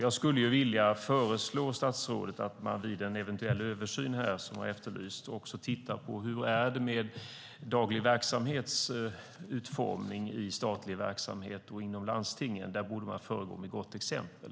Jag föreslår statsrådet att man vid en eventuell översyn också tittar på hur det är med utformningen av daglig verksamhet inom stat och landsting. Här borde man föregå med gott exempel.